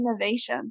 innovation